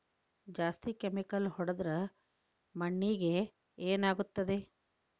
ಜಾಸ್ತಿ ಕೆಮಿಕಲ್ ಹೊಡೆದ್ರ ಮಣ್ಣಿಗೆ ಏನಾಗುತ್ತದೆ?